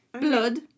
Blood